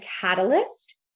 catalyst